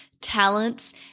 talents